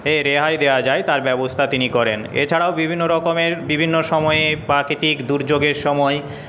রেহাই দেয়া যায় তার ব্যবস্থা তিনি করেন এছাড়াও বিভিন্ন রকমের বিভিন্ন সময়ে প্রাকৃতিক দুর্যোগের সময়